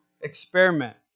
Experiment